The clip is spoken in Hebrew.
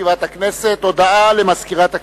הודעה למזכירת הכנסת.